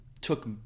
took